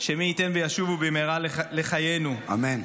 שמי ייתן וישובו במהרה לחיינו -- אמן.